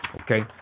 Okay